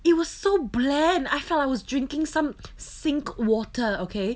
it was so bland I felt I was drinking some sink water okay